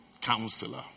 Counselor